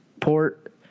port